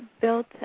built